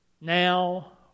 now